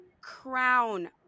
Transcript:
crown